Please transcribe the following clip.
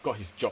got his job